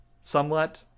somewhat